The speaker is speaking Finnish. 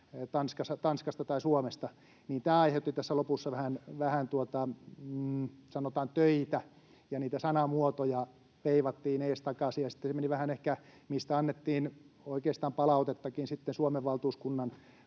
Tanskasta tai Suomesta. Tämä aiheutti tässä lopussa vähän, sanotaan, töitä, ja niitä sanamuotoja veivattiin edestakaisin. Sitten se meni vähän ehkä niin, mistä annettiin oikeastaan palautettakin Suomen valtuuskunnan